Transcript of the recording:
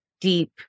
deep